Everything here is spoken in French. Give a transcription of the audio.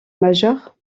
major